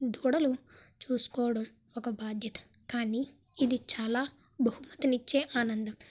దూడలు చూసుకోవడం ఒక భాద్యత కానీ ఇది చాలా బహుమతిని ఇచ్చే ఆనందం